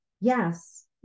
yes